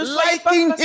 liking